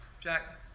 Jack